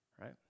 right